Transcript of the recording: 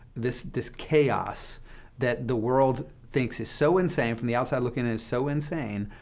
this this chaos that the world thinks is so insane, from the outside looking in, is so insane,